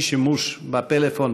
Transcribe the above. אי-שימוש בפלאפון,